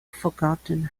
forgotten